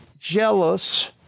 jealous